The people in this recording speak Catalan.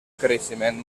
creixement